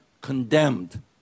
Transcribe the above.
condemned